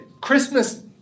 Christmas